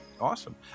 awesome